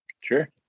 Sure